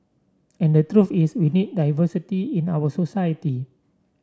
and the truth is we need diversity in our society